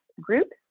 groups